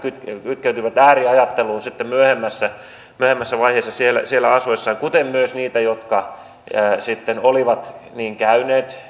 kytkeytyivät ääriajatteluun sitten myöhemmässä myöhemmässä vaiheessa siellä siellä asuessaan kuin myös niitä jotka olivat käyneet